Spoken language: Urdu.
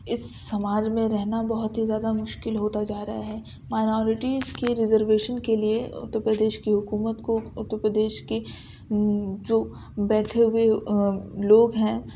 اس سماج میں رہنا بہت ہی زیادہ مشکل ہوتا جا رہا ہے مائنارٹیز کے ریزرویشن کے لیے اتر پردیش کی حکومت کو اتر پردیش کی جو بیٹھے ہوئے لوگ ہیں